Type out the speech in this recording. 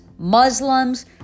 Muslims